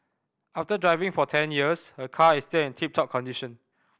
after driving for ten years her car is still in tip top condition